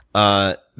i